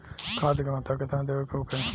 खाध के मात्रा केतना देवे के होखे?